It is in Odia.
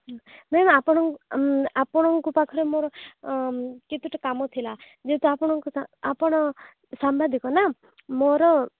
ମ୍ୟାମ୍ ଆପଣଙ୍କ ଆପଣଙ୍କ ପାଖରେ ମୋର କେତେଟା କାମ ଥିଲା ଯେହେତୁ ଆପଣଙ୍କ କଥା ଆପଣ ସମ୍ବାଦିକ ନା ମୋର